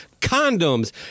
condoms